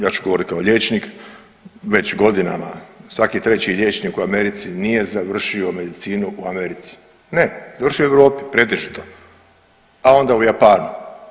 Ja ću govoriti kao liječnik već godinama svaki treći liječnik u Americi nije završio medicinu u Americi, ne završio je u Europi pretežito a onda u Japanu.